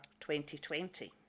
2020